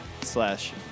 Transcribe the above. slash